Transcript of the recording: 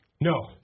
No